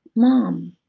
mom,